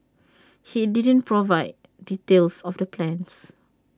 he didn't provide details of the plans